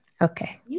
Okay